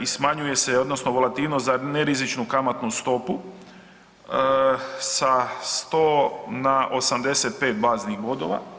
i smanjuje se odnosno volatilnost za nerizičnu kamatnu stopu sa 100 na 85 baznih bodova.